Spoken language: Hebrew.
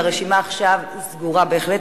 והרשימה עכשיו סגורה בהחלט.